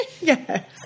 Yes